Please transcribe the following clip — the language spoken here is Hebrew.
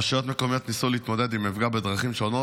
רשויות מקומיות ניסו להתמודד עם המפגע בדרכים שונות,